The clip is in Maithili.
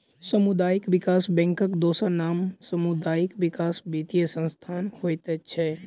सामुदायिक विकास बैंकक दोसर नाम सामुदायिक विकास वित्तीय संस्थान होइत छै